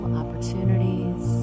opportunities